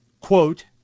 quote